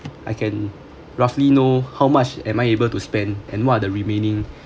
I can roughly know how much am I able to spend and what are the remaining